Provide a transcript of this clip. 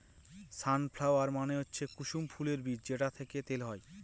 সান flower মানে হচ্ছে কুসুম ফুলের বীজ যেটা থেকে তেল হয়